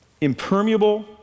impermeable